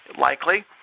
likely